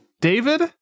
david